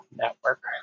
network